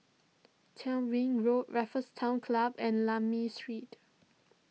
Tyrwhitt Road Raffles Town Club and Lakme Street